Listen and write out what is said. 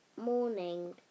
morning